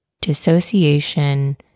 dissociation